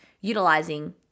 utilizing